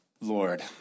Lord